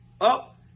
up